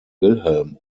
wilhelm